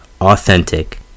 authentic